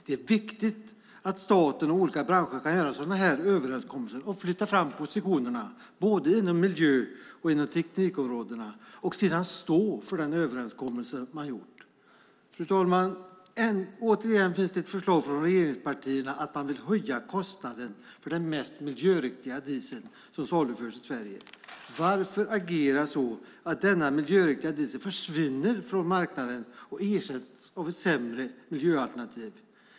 Det är viktigt att staten och olika branscher kan göra sådana här överenskommelser och flytta fram positionerna, både inom miljö och teknikområdena, och sedan stå för den överenskommelse man gjort. Fru talman! Återigen finns det ett förslag från regeringspartierna att man vill höja kostnaden för den mest miljöriktiga dieseln som saluförs i Sverige. Varför agera så att denna miljöriktiga diesel försvinner från marknaden och ersätts av ett sämre miljöalternativ?